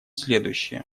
следующее